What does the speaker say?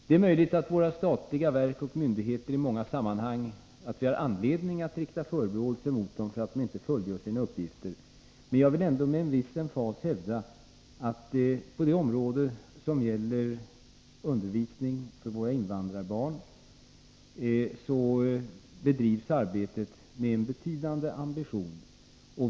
Det är möjligt att det i många sammanhang finns anledning att rikta förebråelser mot våra statliga verk och myndigheter för att de inte fullgör sina uppgifter. Jag vill ändå med en viss emfas hävda att på det område som gäller undervisning för våra invandrarbarn bedrivs arbetet med en betydande ambition.